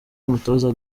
n’umutoza